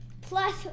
Plus